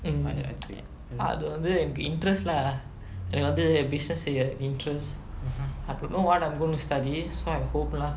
mm அது வந்து என்க்கு:athu vanthu enkku interests lah எனக்கு வந்து:enakku vanthu business செய்ய:seiya interest I don't know what I'm gonna study so I hope lah